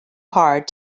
hard